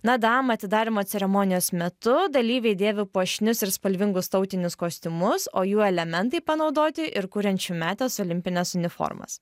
nadam atidarymo ceremonijos metu dalyviai dėvi puošnius ir spalvingus tautinius kostiumus o jų elementai panaudoti ir kuriant šiųmetes olimpines uniformas